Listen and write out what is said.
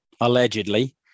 allegedly